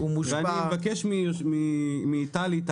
אני מבקש מטלי לאופר,